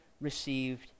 received